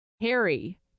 Harry